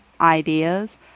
ideas